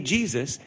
Jesus